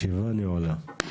הישיבה נעולה.